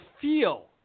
feel